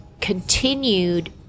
continued